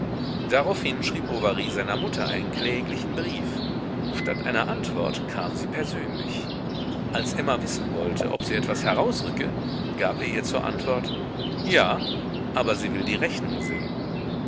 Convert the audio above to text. daraufhin schrieb bovary seiner mutter einen kläglichen brief statt einer antwort kam sie persönlich als emma wissen wollte ob sie etwas herausrücke gab er ihr zur antwort ja aber sie will die rechnung sehen